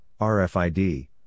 RFID